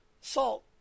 Salt